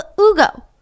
ugo